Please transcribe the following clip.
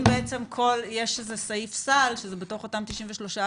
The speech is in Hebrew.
אם יש סעיף סל שזה בתוך אותם 93%,